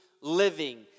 living